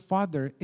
Father